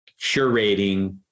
curating